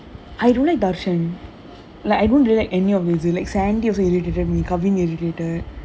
I don't like tharshan like I don't really like any of the~ like sandy also irritated me kavin irritated